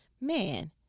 man